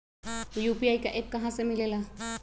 UPI का app कहा से मिलेला?